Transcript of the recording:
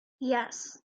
yes